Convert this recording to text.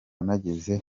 nageze